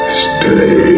stay